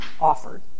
offered